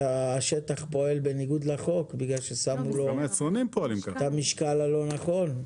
שהשטח פועל בניגוד לחוק בגלל ששמו את המשקל הלא נכון?